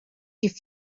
die